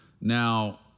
Now